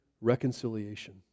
reconciliation